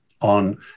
on